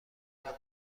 مادر